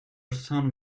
son